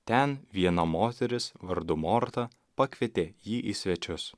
ten viena moteris vardu morta pakvietė jį į svečius